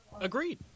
Agreed